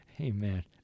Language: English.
Amen